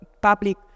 public